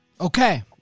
okay